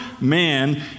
man